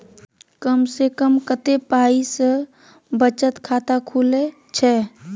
कम से कम कत्ते पाई सं बचत खाता खुले छै?